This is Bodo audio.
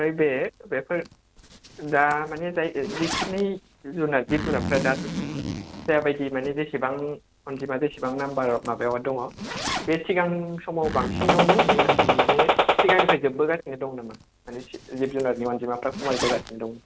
आमफ्राय बे बेफोर दा माने जाय जेखिनि जुनादनि जिब जुनादफोरा दा जाबायदि मानि जेसेबां अनजिमा बिसिबां नाम्बार माबायाव आव दङ बे सिगां समाव बांसिन दङमोन ना माने सिगांनिफ्राय जोबबो गासिनो दंमोन नामा माने जिब जुनारनि अनजिमाफोरा खमायबोगासिनो दं